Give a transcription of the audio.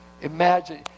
imagine